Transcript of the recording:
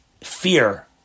fear